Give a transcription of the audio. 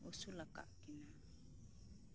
ᱟᱹᱥᱩᱞ ᱟᱠᱟᱫ ᱠᱤᱱᱟᱹ